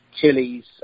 chilies